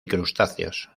crustáceos